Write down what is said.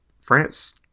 France